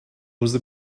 was